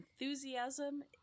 enthusiasm